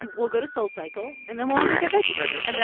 and we'll go to soulcycle, and then we'll all go get veggie burgers and